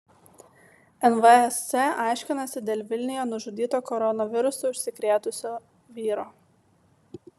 nvsc aiškinasi dėl vilniuje nužudyto koronavirusu užsikrėtusio vyro